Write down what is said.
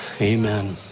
Amen